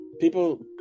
people